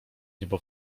niebo